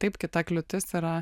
taip kita kliūtis yra